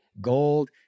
gold